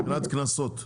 מבחינת קנסות?